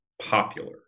popular